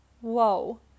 whoa